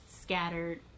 Scattered